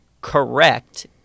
correct